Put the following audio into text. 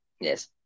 Yes